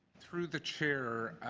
through the chair?